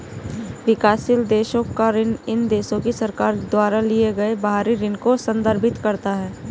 विकासशील देशों का ऋण इन देशों की सरकार द्वारा लिए गए बाहरी ऋण को संदर्भित करता है